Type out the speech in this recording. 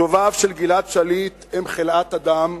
שוביו של גלעד שליט הם חלאת אדם,